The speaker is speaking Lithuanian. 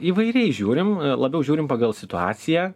įvairiai žiūrim labiau žiūrim pagal situaciją